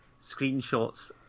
screenshots